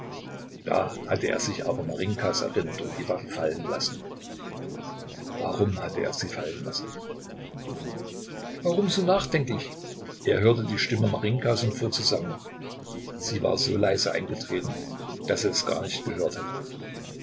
da hatte er sich aber marinjkas erinnert und die waffe fallen lassen warum hatte er sie fallen lassen warum so nachdenklich er hörte die stimme marinjkas und fuhr zusammen sie war so leise eingetreten daß er es gar nicht gehört hatte